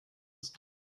ist